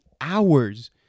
hours